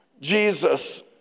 Jesus